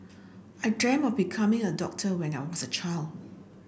I dreamt of becoming a doctor when I was a child